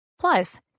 Plus